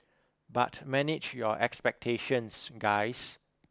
but manage your expectations guys